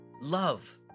love